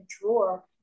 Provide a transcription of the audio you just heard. drawer